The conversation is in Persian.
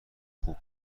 خوب